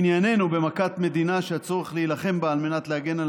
ענייננו במכת מדינה שהצורך להילחם בה על מנת להגן על